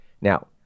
Now